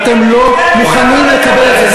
ואתם לא מוכנים לקבל את זה.